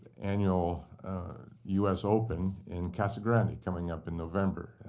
annual u s. open in casa grande coming up in november.